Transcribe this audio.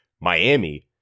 Miami